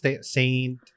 saint